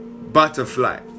butterfly